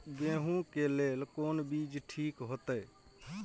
गेहूं के लेल कोन बीज ठीक होते?